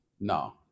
No